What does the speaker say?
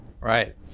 Right